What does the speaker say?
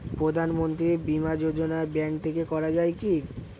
প্রধানমন্ত্রী বিমা যোজনা ব্যাংক থেকে করা যায় কি?